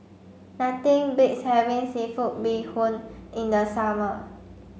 nothing beats having seafood Bee Hoon in the summer